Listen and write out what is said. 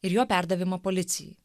ir jo perdavimą policijai